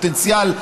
פוטנציאל,